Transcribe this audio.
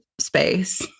space